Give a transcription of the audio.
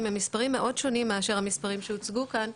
הם מספרים מאוד שונים מאשר המספרים שהוצגו כאן,